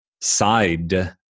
side